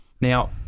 now